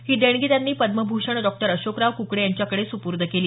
ही देणगी त्यांनी पद्मभूषण डॉ अशोकराव क्कडे यांच्याकडे सुपूर्द केली